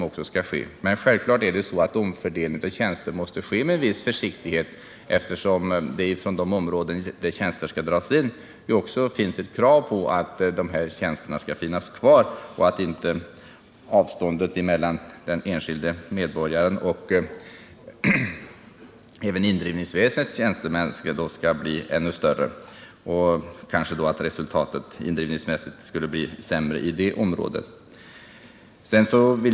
När det gäller omfördelningen av tjänster måste en sådan givetvis ske med en viss försiktighet, eftersom det från de områden där tjänster skall dras in finns ett krav på att tjänsterna skall bibehållas, så att inte avståndet mellan den enskilde medborgaren och indrivningsväsendets tjänstemän blir ännu större. Resultatet skulle kanske också indrivningsmässigt bli sämre inom dessa områden.